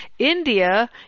India